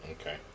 okay